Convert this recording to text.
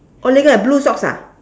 oh lei ge blue socks ah